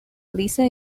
lisa